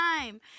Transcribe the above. time